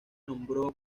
nombró